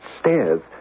stairs